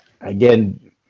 Again